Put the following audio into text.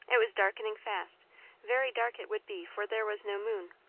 it was darkening fast very dark it would be, for there was no moon.